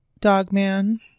Dogman